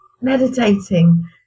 meditating